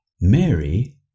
Mary